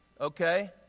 okay